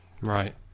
Right